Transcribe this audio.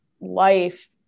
life